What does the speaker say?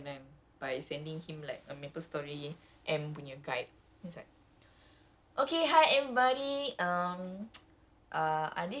like macam okay K K uh I once irritated my friend then by sending him like a maplestory M punya guide